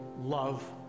love